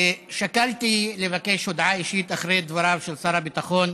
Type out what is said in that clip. שקלתי לבקש הודעה אישית אחרי דבריו של שר הביטחון,